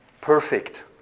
perfect